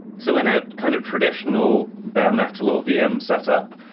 so in a kind of traditional bare metal or vm setup,